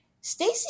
Stacy